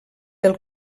del